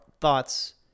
thoughts